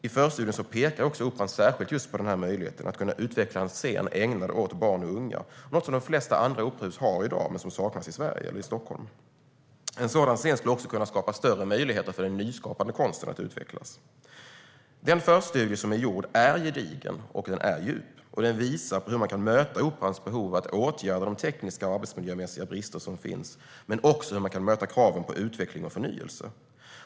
I förstudien pekar Kungliga Operan särskilt på möjligheten att kunna utveckla en scen ägnad för barn och unga, något som de flesta andra operahus har i dag men som saknas i Stockholm. En sådan scen skulle också kunna skapa större möjligheter för den nyskapande konsten att utvecklas. Den förstudie som är gjord är gedigen och djup, och den visar på hur man kan möta operans behov av att åtgärda de tekniska och arbetsmiljömässiga brister som finns och hur man kan möta kraven på utveckling och förnyelse.